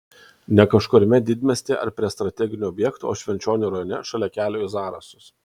ne kažkuriame didmiestyje ar prie strateginių objektų o švenčionių rajone šalia kelio į zarasus